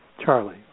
Charlie